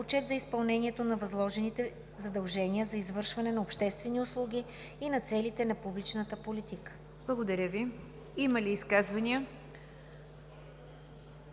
отчет за изпълнението на възложените задължения за извършване на обществени услуги и на целите на публичната политика.“ ПРЕДСЕДАТЕЛ НИГЯР ДЖАФЕР: Благодаря Ви. Има ли изказвания?